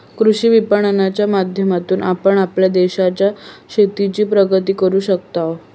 कृषी विपणनाच्या माध्यमातून आपण आपल्या देशाच्या शेतीची प्रगती करू शकताव